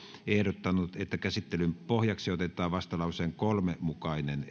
ehdottanut että käsittelyn pohjaksi otetaan vastalauseen kolmen mukainen